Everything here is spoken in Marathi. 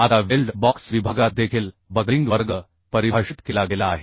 आता वेल्ड बॉक्स विभागात देखील बकलिंग वर्ग परिभाषित केला गेला आहे